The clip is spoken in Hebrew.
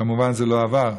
כמובן, זה לא עבר.